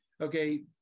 okay